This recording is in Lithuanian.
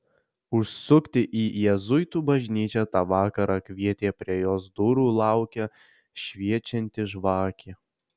užsukti į jėzuitų bažnyčią tą vakarą kvietė prie jos durų lauke šviečianti žvakė